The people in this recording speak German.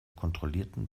kontrollierten